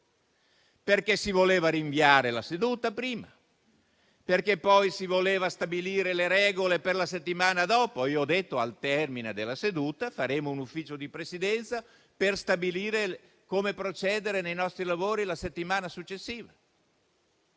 prima si voleva rinviare la seduta, poi si volevano stabilire le regole per la settimana successiva. Ho detto al termine della seduta che avremmo svolto un Ufficio di Presidenza per stabilire come procedere nei nostri lavori la settimana successiva.